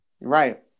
Right